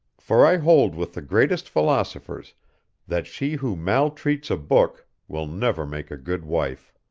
for i hold with the greatest philosophers that she who maltreats a book will never make a good wife.